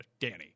Danny